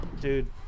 Dude